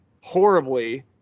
horribly